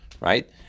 right